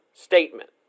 statement